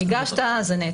אם הגשת, זה נעצר